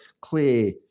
clear